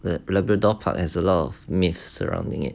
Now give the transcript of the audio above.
the labrador park as a lot of myths surrounding it